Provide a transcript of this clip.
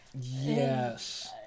Yes